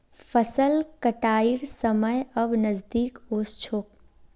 फसल कटाइर समय अब नजदीक ओस छोक